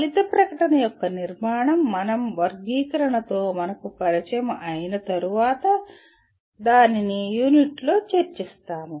ఫలిత ప్రకటన యొక్క నిర్మాణం మనం వర్గీకరణతో మనకు పరిచయం అయిన తరువాత దానిని తరువాత యూనిట్లో చర్చిస్తాము